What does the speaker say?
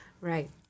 right